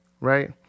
right